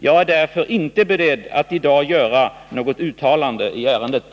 Jag är därför inte beredd att i dag göra något uttalande i ärendet.